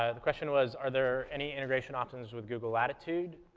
ah the question was, are there any integration options with google latitude?